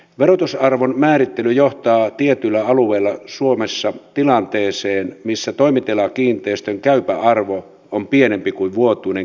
verotusarvon määrittely johtaa tietyillä alueilla suomessa tilanteeseen missä toimitilakiinteistön käypä arvo on pienempi kuin vuotuinen kiinteistövero